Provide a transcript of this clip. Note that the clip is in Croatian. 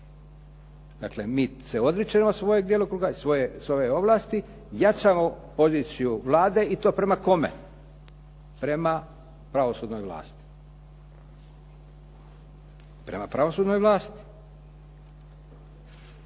Dakle, mi se odričemo svoga djelokruga i svoje ovlasti, jačamo poziciju Vlade i to prema kome? Prema pravosudnoj vlasti. Prema pravosudnoj vlasti.